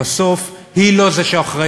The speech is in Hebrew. בסוף היא לא זו שאחראית